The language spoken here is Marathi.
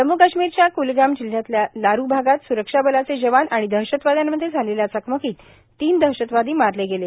जम्मू काश्मीरच्या क्लगाम जिल्ह्यातल्या लारु भागात स्रक्षा बलाचे जवान आणि दहशतवाद्यांमध्ये झालेल्या चकमकीत तीन दहशतवादी मारले गेले